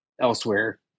elsewhere